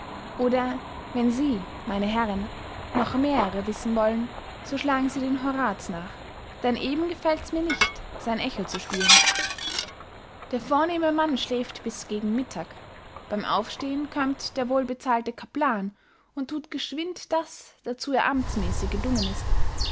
oder wenn sie meine herren noch mehrere wissen wollen so schlagen sie den horaz nach denn eben gefällts mir nicht sein echo zu spielen der vornehme mann schläft bis gegen mittag beym aufstehen kömmt der wohlbezahlte caplan und thut geschwind das dazu er amtsmässig gedungen ist